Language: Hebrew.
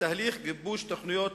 לתהליך גיבוש תוכניות